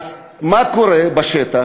ומה קורה בשטח?